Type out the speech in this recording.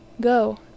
Go